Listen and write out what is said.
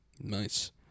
Nice